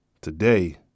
Today